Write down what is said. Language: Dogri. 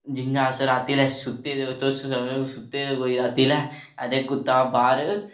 जि'यां रातीं लै अस सुत्ते दे तुस रातीं लै ते कुत्ता बाहर